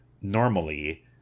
normally